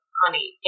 honey